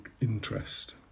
interest